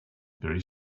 very